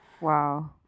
Wow